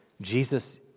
Jesus